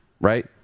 Right